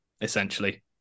essentially